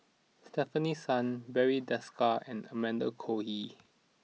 Stefanie Sun Barry Desker and Amanda Koe Lee